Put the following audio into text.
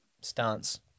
stance